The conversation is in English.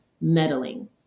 meddling